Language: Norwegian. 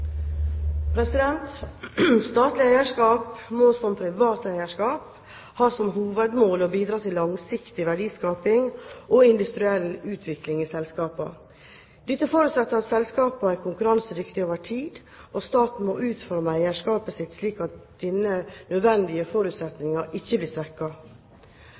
må, som privat eierskap, ha som hovedmål å bidra til langsiktig verdiskaping og industriell utvikling i selskapene. Dette forutsetter at selskapene er konkurransedyktige over tid. Staten må utforme eierskapet sitt slik at denne nødvendige forutsetningen ikke blir